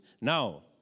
Now